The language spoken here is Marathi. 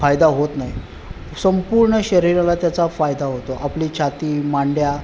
फायदा होत नाही संपूर्ण शरीराला त्याचा फायदा होतो आपली छाती मांड्या